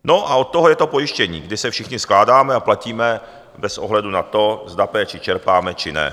No a od toho je to pojištění, kdy se všichni skládáme a platíme bez ohledu na to, zda péči čerpáme, či ne.